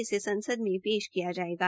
इसे संसद में पेश किया जायेगा